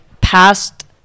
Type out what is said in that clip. past